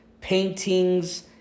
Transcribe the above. paintings